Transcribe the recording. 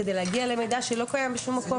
כדי להגיע למידע שלא קיים בשום מקום.